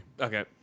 Okay